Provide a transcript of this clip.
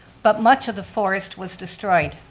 but much of the forest was destroyed.